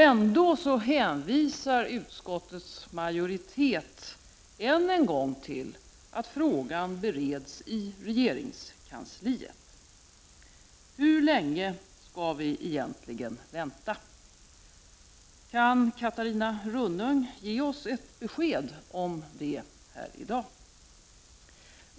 Ändå hänvisar utskottets majoritet än en gång till att frågan bereds i regeringskansliet. Hur länge skall vi egentligen vänta? Kan Catarina Rönnung ge oss ett besked i dag om detta?